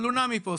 תלונה מפה,